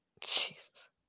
Jesus